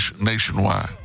nationwide